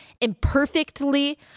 imperfectly